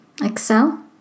excel